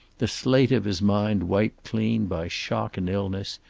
the slate of his mind wiped clean by shock and illness,